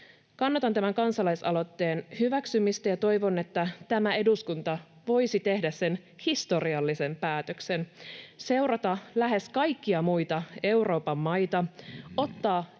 Kannatan tämän kansalaisaloitteen hyväksymistä ja toivon, että tämä eduskunta voisi tehdä sen historiallisen päätöksen seurata lähes kaikkia muita Euroopan maita, ottaa